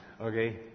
Okay